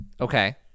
Okay